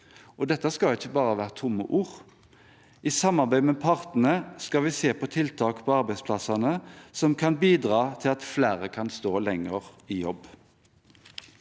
Dette skal ikke bare være tomme ord. I samarbeid med partene skal vi se på tiltak på arbeidsplassene som kan bidra til at flere kan stå lenger i jobb.